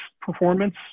performance